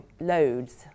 loads